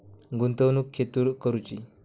गुंतवणुक खेतुर करूची?